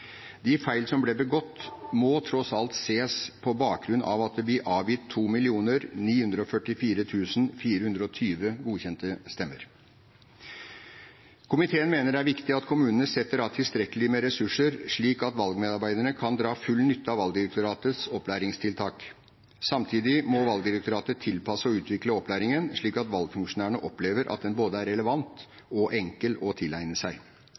De feil som ble begått, må tross alt ses på bakgrunn av at det ble avgitt 2 944 420 godkjente stemmer. Komiteen mener det er viktig at kommunene setter av tilstrekkelig med ressurser, slik at valgmedarbeiderne kan dra full nytte av Valgdirektoratets opplæringstiltak. Samtidig må Valgdirektoratet tilpasse og utvikle opplæringen, slik at valgfunksjonærene opplever at den både er relevant og enkel å tilegne seg.